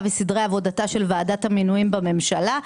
וסדרי עבודתה של ועדת המינויים בממשלה.